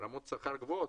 רמות שכר גבוהות.